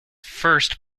first